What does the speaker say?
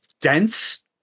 dense